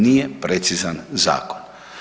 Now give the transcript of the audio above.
Nije precizan zakon.